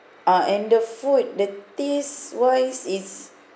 ah and the food the taste wise is